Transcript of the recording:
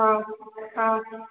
हा हा